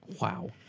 Wow